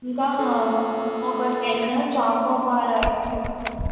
ఇంకా ఒక ten chocobar ice cream కావాలండి